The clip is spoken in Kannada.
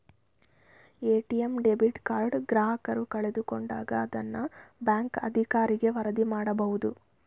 ಎ.ಟಿ.ಎಂ ಡೆಬಿಟ್ ಕಾರ್ಡ್ ಗ್ರಾಹಕರು ಕಳೆದುಕೊಂಡಾಗ ಅದನ್ನ ಬ್ಯಾಂಕ್ ಅಧಿಕಾರಿಗೆ ವರದಿ ಮಾಡಬೇಕು